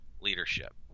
leadership